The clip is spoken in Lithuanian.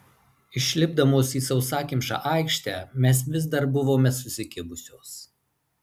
išlipdamos į sausakimšą aikštę mes vis dar buvome susikibusios